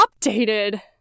updated